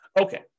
Okay